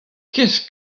kerzh